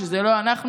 שזה לא אנחנו.